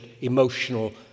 emotional